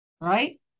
Right